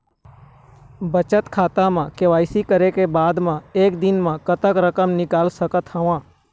बचत खाता म के.वाई.सी करे के बाद म एक दिन म कतेक रकम निकाल सकत हव?